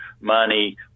money